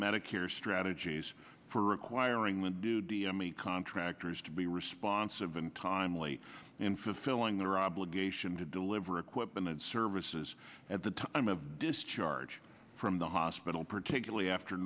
medicare strategies for acquiring the do d m a contractors to be responsive and timely in fulfilling their obligation to deliver equipment and services at the time of discharge from the hospital particularly after